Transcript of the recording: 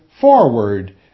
forward